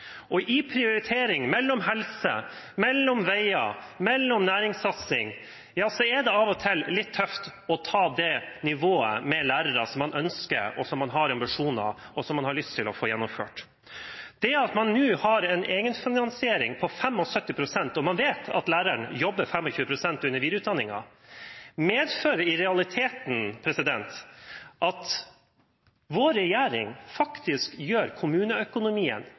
Og i prioritering mellom helse, veier og næringssatsing er det av og til litt tøft å nå det nivået for lærerne som man ønsker, som man har ambisjoner om, og som man har lyst til å få gjennomført. Det at man nå har en egenfinansiering på 75 pst. – og man vet at læreren jobber 25 pst. under videreutdanningen – medfører i realiteten at vår regjering faktisk gjør kommuneøkonomien